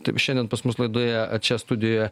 taip šiandien pas mus laidoje čia studijoje